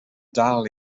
dal